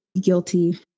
guilty